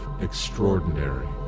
extraordinary